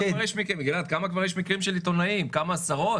כמה עשרות?